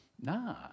nah